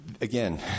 again